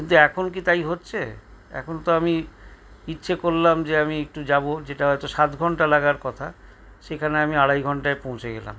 কিন্তু এখন কি তাই হচ্ছে এখন তো আমি ইচ্ছে করলাম যে আমি একটু যাবো যেটা হয়তো সাত ঘন্টা লাগার কথা সেখানে আমি আড়াই ঘন্টায় পৌঁছে গেলাম